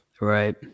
Right